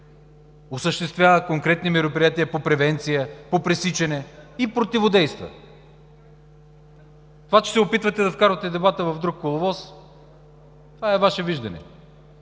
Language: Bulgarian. осъществява конкретни мероприятия по превенция, по пресичане и противодейства. Това че се опитвате да вкарате дебата в друг коловоз, това е Ваше виждане.